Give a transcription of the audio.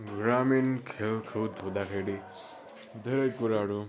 ग्रामीण खेलकुद हुँदाखेरि धेरै कुराहरू